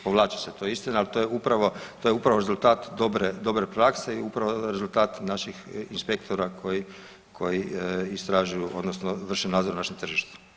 Povlači se to je istina, ali to je upravo rezultat dobre prakse i upravo rezultat naših inspektora koji istražuju odnosno vrše nadzor na našem tržištu.